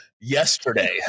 yesterday